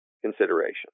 consideration